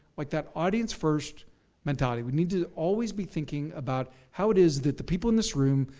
like that audience first mentality. we need to always be thinking about how it is that the people in this room,